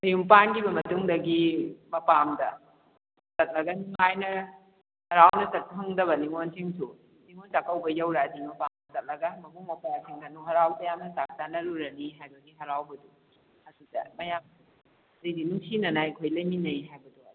ꯃꯌꯨꯝ ꯄꯥꯟꯈꯤꯕ ꯃꯇꯨꯡꯗꯒꯤ ꯃꯄꯥꯝꯗ ꯆꯠꯂꯒ ꯅꯨꯉꯥꯏꯅ ꯍꯔꯥꯎꯅ ꯆꯠ ꯐꯪꯗꯕ ꯅꯤꯉꯣꯜꯁꯤꯡꯁꯨ ꯅꯤꯉꯣꯜ ꯆꯥꯀꯧꯕ ꯌꯧꯔꯛꯑꯗꯤ ꯃꯄꯥꯝꯗ ꯆꯠꯂꯒ ꯃꯕꯨꯡ ꯃꯧꯄꯥꯁꯤꯡꯒ ꯍꯔꯥꯎ ꯇꯌꯥꯝꯅ ꯆꯥꯛ ꯆꯥꯅꯔꯨꯔꯅꯤ ꯍꯥꯏꯕꯒꯤ ꯍꯔꯥꯎꯕꯗꯨ ꯑꯗꯨꯗ ꯃꯌꯥꯝ ꯍꯥꯏꯗꯤ ꯅꯨꯡꯁꯤꯅꯅ ꯑꯩꯈꯣꯏ ꯂꯩꯃꯤꯟꯅꯩ ꯍꯥꯏꯕꯗꯣ